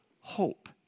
hope